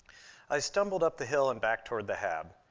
i stumbled up the hill and back toward the hab.